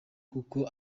kuko